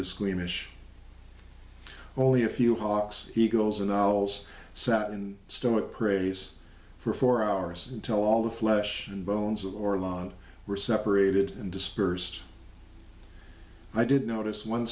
the squeamish only a few hawks eagles and dolls set in stone at praise for four hours until all the flesh and bones or lot were separated and dispersed i did notice on